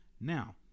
Now